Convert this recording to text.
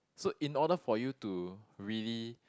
so in order for you to really